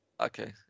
Okay